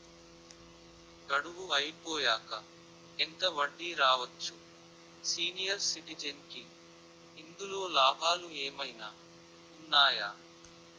గడువు అయిపోయాక ఎంత వడ్డీ రావచ్చు? సీనియర్ సిటిజెన్ కి ఇందులో లాభాలు ఏమైనా ఉన్నాయా?